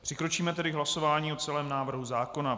Přikročíme tedy k hlasování o celém návrhu zákona.